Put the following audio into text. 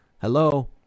Hello